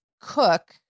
cook